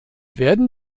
werden